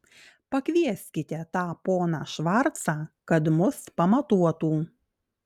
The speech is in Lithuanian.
pakvieskite tą poną švarcą kad mus pamatuotų